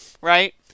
right